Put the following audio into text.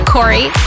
Corey